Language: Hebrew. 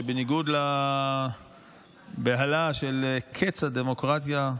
שבניגוד לבהלה של "קץ הדמוקרטיה",